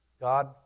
God